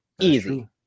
Easy